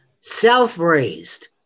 self-raised